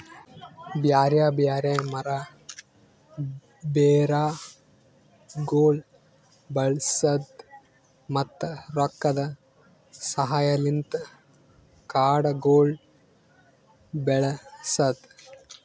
ಬ್ಯಾರೆ ಬ್ಯಾರೆ ಮರ, ಬೇರಗೊಳ್ ಬಳಸದ್, ಮತ್ತ ರೊಕ್ಕದ ಸಹಾಯಲಿಂತ್ ಕಾಡಗೊಳ್ ಬೆಳಸದ್